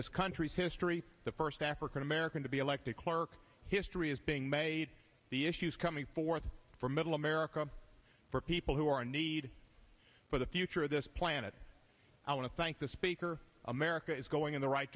this country's history the first african american to be elected clerk history is being made the issues coming forth for middle america for people who are in need for the future of this planet i want to thank the speaker america is going in the right